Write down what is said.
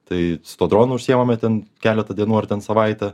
tai su tuo dronu užsiimame ten keletą dienų ar ten savaitę